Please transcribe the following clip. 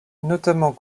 notamment